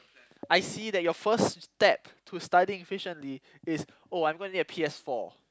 I see that your first step to studying efficiently is oh I'm going to need a P_S-four